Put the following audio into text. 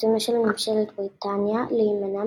רצונה של ממשלת בריטניה להימנע